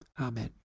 Amen